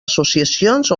associacions